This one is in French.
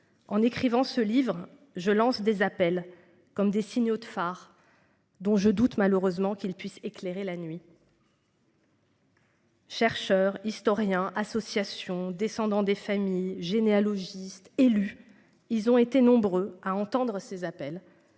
En écrivant ce livre, je lance des appels comme des signaux de phares. Dont je doute, malheureusement, qu'il puisse éclairer la nuit. Chercheurs, historiens association descendants des familles généalogiste élu. Ils ont été nombreux à entendre ces appels